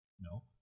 No